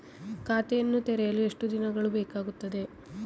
ಖಾತೆಯನ್ನು ತೆರೆಯಲು ಎಷ್ಟು ದಿನಗಳು ಬೇಕಾಗುತ್ತದೆ?